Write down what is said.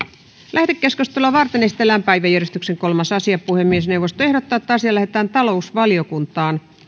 lähetekeskustelua varten esitellään päiväjärjestyksen kolmas asia puhemiesneuvosto ehdottaa että asia lähetetään talousvaliokuntaan